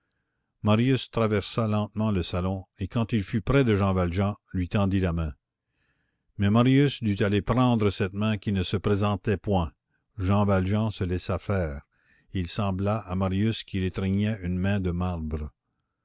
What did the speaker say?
marius traversa lentement le salon et quand il fut près de jean valjean lui tendit la main mais marius dut aller prendre cette main qui ne se présentait point jean valjean se laissa faire et il sembla à marius qu'il étreignait une main de marbre